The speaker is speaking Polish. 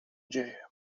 dzieje